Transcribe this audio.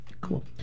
Cool